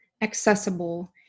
accessible